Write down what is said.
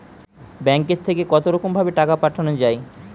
ব্যাঙ্কের থেকে কতরকম ভাবে টাকা পাঠানো য়ায়?